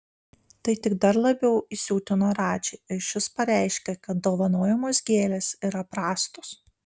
tai tik dar labiau įsiutino radžį ir šis pareiškė kad dovanojamos gėlės yra prastos